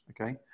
okay